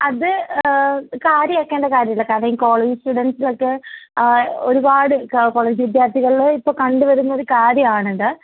അത് കാര്യമാക്കേണ്ട കാര്യമില്ല കാരണം ഈ കോളേജ് സ്റ്റുഡൻസിന് ഒക്കെ ഒരുപാട് കോളേജ് വിദ്യാർത്ഥികളിൽ ഇപ്പം കണ്ട് വരുന്ന ഒരു കാര്യമാണിത്